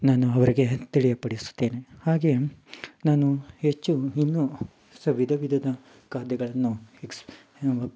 ನಾನು ಅವರಿಗೆ ತಿಳಿಯಪಡಿಸುತ್ತೇನೆ ಹಾಗೇ ನಾನು ಹೆಚ್ಚು ಇನ್ನು ಸೊ ವಿಧ ವಿಧದ ಖಾದ್ಯಗಳನ್ನು ಎಕ್ಸ್